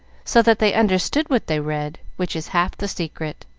so that they understood what they read, which is half the secret.